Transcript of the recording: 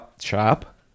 shop